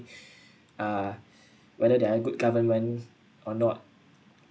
uh whether they are good government or not